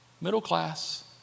Middle-class